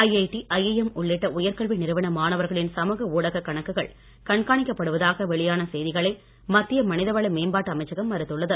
IIT IIM உள்ளிட்ட உயர்கல்வி நிறுவன மாணவர்களின் சமூக ஊடக கணக்குகள் கண்காணிக்கப்படுவதாக வெளியான செய்திகளை மத்திய மனித வள மேம்பாட்டு அமைச்சகம் மறுத்துள்ளது